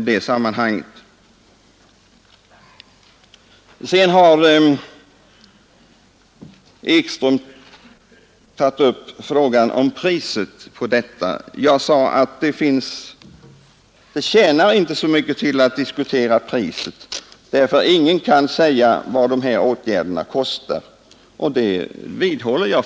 det sammanhanget, och det tar jag inte tillbaka. Herr Ekström tog upp frågan om priset för de föreslagna åtgärderna. Jag sa att det inte tjänar så mycket till att diskutera priset, eftersom ingen kan säga vad dessa åtgärder slutligt kostar. Det vidhåller jag.